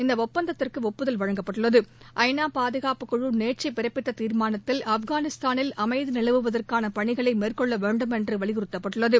இந்த ஒப்பந்தத்திற்கு ஒப்புதல் அளிக்கப்பட்டுள்ளது ஐ நா பாதுகாப்புக் குழு நேற்று பிறப்பித்த தீர்மானத்தில் ஆப்கானிஸ்தானில் அமைதி நிலவுவதற்கான பணிகளை மேற்கொள்ள வேண்டுமென்று வலியுறுத்தப்பட்டுள்ளது